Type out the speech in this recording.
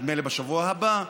נדמה לי בשבוע הבא,